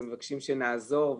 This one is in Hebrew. ומבקשים שנעזור.